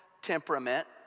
temperament